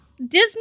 Disney